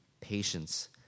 patience